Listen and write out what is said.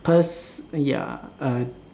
pers~ uh ya